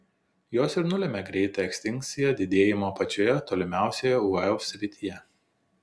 jos ir nulemia greitą ekstinkcijos didėjimą pačioje tolimiausioje uv srityje